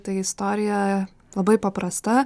tai istorija labai paprasta